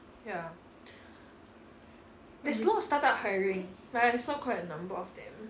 ya there's lots of start up hiring like I saw quite a number of them